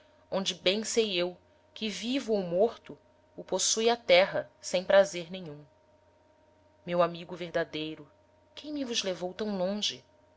onde bem sei eu que vivo ou morto o possue a terra sem prazer nenhum meu amigo verdadeiro quem me vos levou tam longe